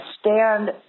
stand